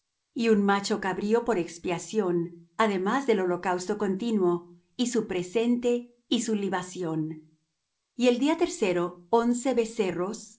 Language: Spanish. y un macho cabrío por expiación además del holocausto continuo y su presente y su libación y el día tercero once becerros